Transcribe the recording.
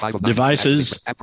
devices